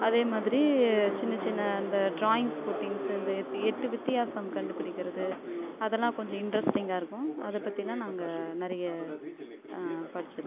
அதே மாதிரி சின்ன சின்ன அந்த ட்ராயிங்ஸ் புட்டிங்ஸ் அந்த எட்டு வித்தியாசம் கண்டு பிடிக்கிறது அதெலாம் கொஞ்சம் இன்ட்ரஸ்டிங்காக இருக்கும் அதை பற்றிலாம் நாங்கள் நிறைய படித்து இருக்கோம்